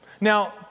Now